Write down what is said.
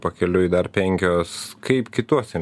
pakeliui penkios kaip kituose